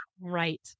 Right